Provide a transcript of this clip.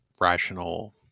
rational